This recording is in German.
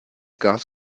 gas